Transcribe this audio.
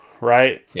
right